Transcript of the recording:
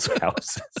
houses